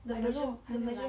I don't know 还没有来